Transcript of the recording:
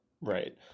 Right